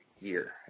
year